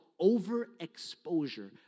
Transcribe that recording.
overexposure